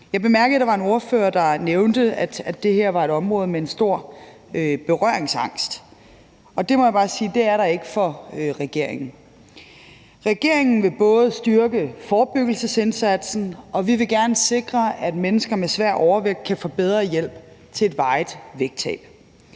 Jeg bemærkede, at der var en ordfører, der nævnte, at det her var et område, som der er en stor berøringsangst over for. Det må jeg bare sige at der ikke er for regeringen. Regeringen vil både styrke forebyggelsesindsatsen, og vi vil gerne sikre, at mennesker med svær overvægt kan få bedre hjælp til et varigt vægttab.